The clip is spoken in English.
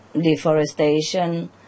deforestation